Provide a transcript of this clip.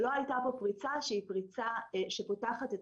שלא הייתה פה פריצה שהיא פריצה שפותחת את